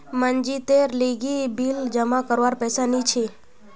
मनजीतेर लीगी बिल जमा करवार पैसा नि छी